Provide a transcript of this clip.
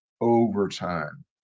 overtime